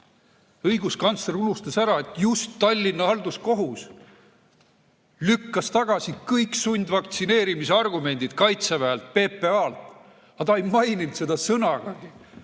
Õiguskantsler unustas ära, et just Tallinna Halduskohus lükkas tagasi kõik sundvaktsineerimise argumendid Kaitseväelt, PPA-lt. Ta ei maininud seda sõnagagi.